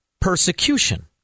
persecution